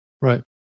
Right